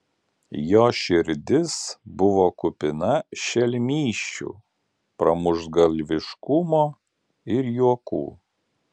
jo širdis buvo kupina šelmysčių pramuštgalviškumo ir juokų